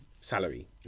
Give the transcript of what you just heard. salary